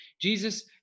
Jesus